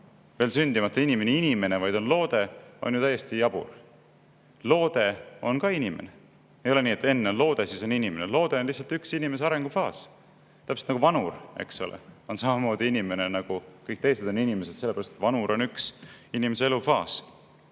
veel sündimata inimene inimene, vaid on loode, täiesti jabur. Loode on ka inimene. Ei ole nii, et enne on loode, siis on inimene. Loode on lihtsalt üks inimese arengufaas, täpselt nagu vanur, eks ole, on samamoodi inimene, nagu kõik teised on inimesed, sellepärast et vanadus on üks inimese elufaas.